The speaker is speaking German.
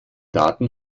daten